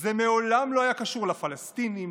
"זה מעולם לא היה קשור לפלסטינים,